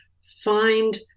find